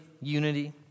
unity